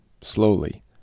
Slowly